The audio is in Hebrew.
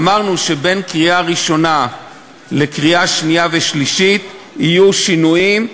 שאמרנו שבין הקריאה הראשונה לקריאה השנייה והשלישית יהיו שינויים,